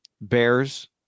Bears